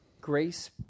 Grace